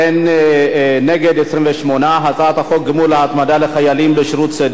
חוק גמול התמדה לחיילים בשירות סדיר ולמתנדבים